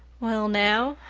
well now,